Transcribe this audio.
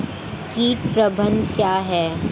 कीट प्रबंधन क्या है?